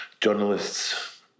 journalists